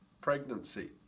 pregnancy